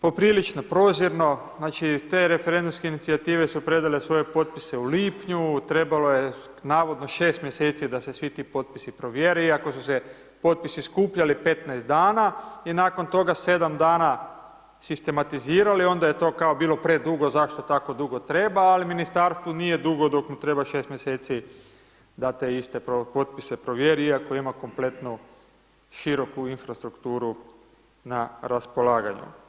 poprilično prozirno, znači te referendumske inicijative su predale svoje potpise u lipnju, trebalo je navodno 6 mj. da se svi ti potpisi provjere iako su se potpisi skupljali 15 dana i nakon toga 7 dana sistematizirali i onda je to kao bilo predugo, zašto tako dugo treba ali ministarstvu nije dugo dok mu treba 6 mj. da te iste potpise provjeri iako ima kompletnu široku infrastrukturu na raspolaganje.